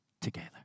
together